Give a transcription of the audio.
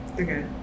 Okay